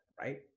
Right